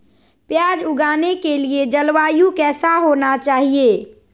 प्याज उगाने के लिए जलवायु कैसा होना चाहिए?